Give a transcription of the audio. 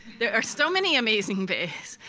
there are so many amazing bays.